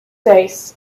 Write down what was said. days